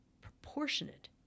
proportionate